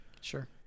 Sure